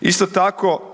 Isto tako